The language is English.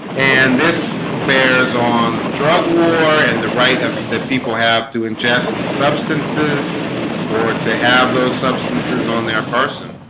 and this bears on the drug war and the right of that people have to ingest substances or to have those substances on their person